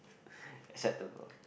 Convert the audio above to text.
acceptable